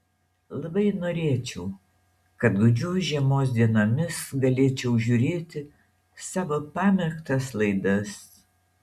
labai norėčiau kad gūdžios žiemos dienomis galėčiau žiūrėti savo pamėgtas laidas